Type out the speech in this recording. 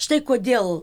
štai kodėl